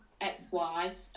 ex-wife